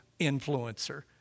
influencer